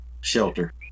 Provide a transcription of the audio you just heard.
shelter